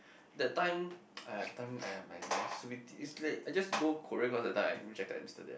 that time !aiya! that time !aiya! my my stupid I just go Korea cause that time I rejected Amsterdam